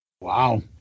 wow